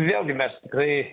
vėlgi mes tikrai